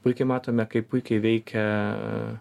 puikiai matome kaip puikiai veikia